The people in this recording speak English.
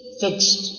fixed